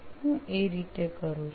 હું એ રીતે કરું છું